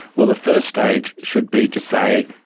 well, the first stage should be to say,